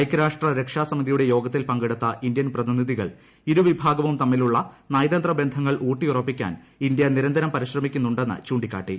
ഐക്യരാഷ്ട്ര രക്ഷാ സമിതിയുടെ യോഗത്തിൽ പങ്കെടുത്ത ഇന്ത്യൻ പ്രതിനിധികൾ ഇരു വിഭാഗവും തമ്മിലുള്ള നയതന്ത്ര ബന്ധങ്ങൾ ഊട്ടിയുറപ്പിക്കാൻ ഇന്ത്യ നിരന്തരം പരിശ്രമിക്കുന്നുണ്ടെന്ന് ചൂണ്ടിക്കാട്ടി